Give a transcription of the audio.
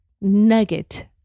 nugget